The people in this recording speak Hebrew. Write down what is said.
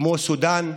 כמו סודאן,